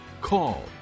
Call